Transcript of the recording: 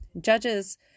Judges